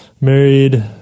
married